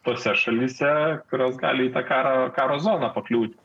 tose šalyse kurios gali tą karo karo zoną pakliūti